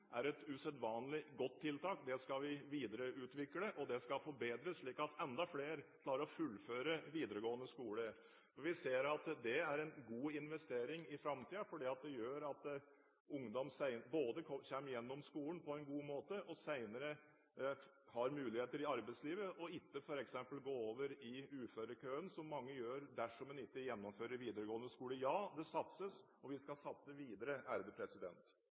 er et usedvanlig godt tiltak. Det skal vi videreutvikle og det skal forbedres, slik at enda flere klarer å fullføre videregående skole. Vi ser at det er en god investering i framtiden, fordi det gjør at ungdom kommer gjennom skolen på en god måte og senere har muligheter i arbeidslivet, og ikke går over i uførekøen, som mange gjør dersom man ikke gjennomfører videregående skole. Ja, det satses, og vi skal satse videre.